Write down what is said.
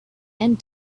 and